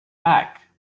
back